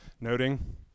noting